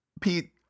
Pete